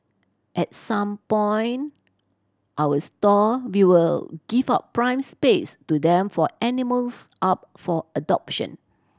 at some boy our store we will give out prime space to them for animals up for adoption